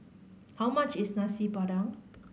how much is Nasi Padang